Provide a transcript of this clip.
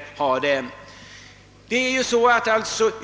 snabbköpsaffärer utan service.